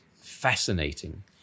fascinating